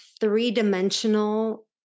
three-dimensional